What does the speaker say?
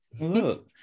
look